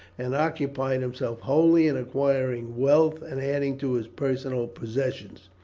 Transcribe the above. and occupied himself wholly in acquiring wealth and adding to his personal possessions.